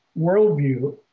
worldview